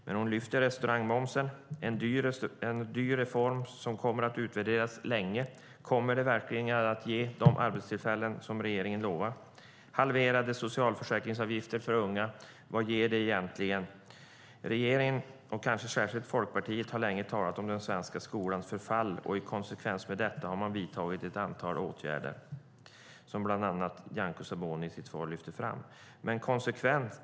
Hon lyfter dock upp restaurangmomsen som är en dyr reform som kommer att utvärderas länge. Kommer det verkligen att ge de arbetstillfällen som regeringen lovat? Vad ger de halverade socialförsäkringsavgifterna för unga? Regeringen, och kanske särskilt Folkpartiet, har länge talat om den svenska skolans förfall, och i konsekvens med detta har man vidtagit ett antal åtgärder som Nyamko Sabuni lyfter fram i sitt svar.